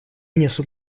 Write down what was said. несут